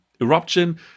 eruption